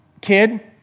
kid